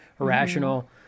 irrational